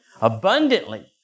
Abundantly